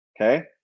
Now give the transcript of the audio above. okay